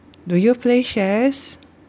do you play shares